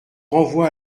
renvoie